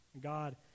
God